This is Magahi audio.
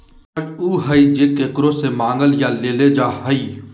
कर्ज उ हइ जे केकरो से मांगल या लेल जा हइ